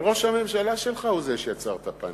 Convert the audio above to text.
אבל ראש הממשלה שלך הוא זה שיצר את הפניקה.